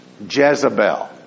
Jezebel